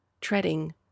Treading